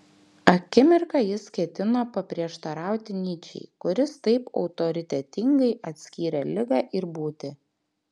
akimirką jis ketino paprieštarauti nyčei kuris taip autoritetingai atskyrė ligą ir būtį